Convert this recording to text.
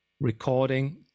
recording